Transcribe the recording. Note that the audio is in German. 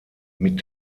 mit